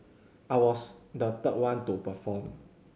I was the third one to perform